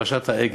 פרשת העגל,